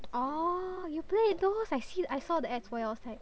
orh you played those I see I saw the ads for it I was like